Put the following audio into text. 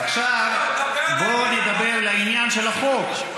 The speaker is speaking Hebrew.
עכשיו בואו נדבר לעניין החוק,